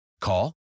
Call